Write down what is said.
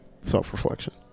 self-reflection